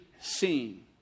seeing